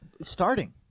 starting